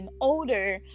older